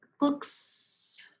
looks